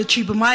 של 9 במאי,